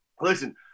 Listen